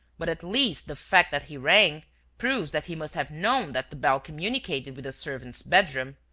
but at least the fact that he rang proves that he must have known that the bell communicated with a servant's bedroom.